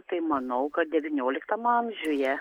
tai manau kad devynioliktam amžiuje